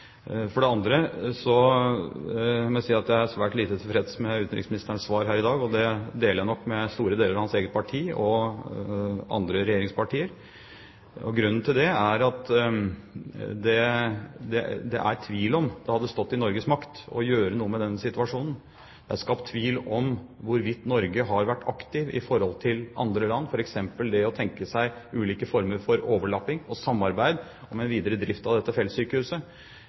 For det andre må jeg si at jeg er svært lite tilfreds med utenriksministerens svar her i dag. Det deler jeg nok med store deler av hans eget parti og andre regjeringspartier. Grunnen til det er at det er tvil om hvorvidt det hadde stått i Norges makt å gjøre noe med den situasjonen. Det er skapt tvil om hvorvidt Norge har vært aktiv i forhold til andre land, f.eks. når det gjelder det å tenke seg ulike former for overlapping og samarbeid om en videre drift av dette